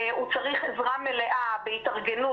הוא צריך עזרה מלאה בהתארגנות,